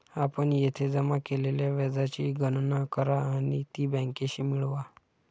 आपण येथे जमा केलेल्या व्याजाची गणना करा आणि ती बँकेशी मिळवा